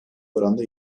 oranda